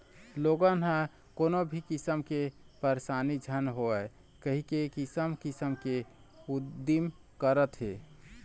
लोगन ह कोनो भी किसम के परसानी झन होवय कहिके किसम किसम के उदिम करत हे